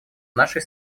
нашей